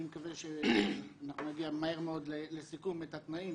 אני מקווה שאנחנו נגיע מהר מאוד לסיכום של התנאים